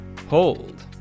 hold